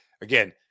again